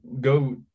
go